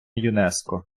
юнеско